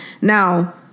Now